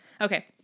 Okay